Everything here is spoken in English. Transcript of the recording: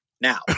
now